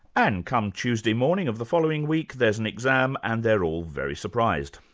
and come tuesday morning of the following week there's an exam and they are all very surprised.